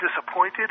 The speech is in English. disappointed